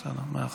מאה אחוז.